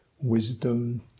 wisdom